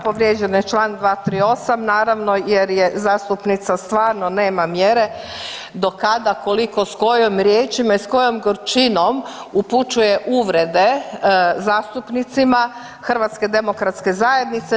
Povrijeđen je čl. 238., naravno jer je zastupnica stvarno nema mjere do kada, koliko, s kojim riječima i s kojom gorčinom upućuje uvrede zastupnicima HDZ-a.